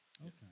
Okay